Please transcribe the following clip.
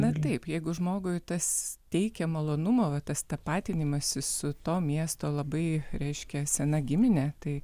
na taip jeigu žmogui tas teikia malonumo tas tapatinimąsis su to miesto labai reiškia sena gimine tai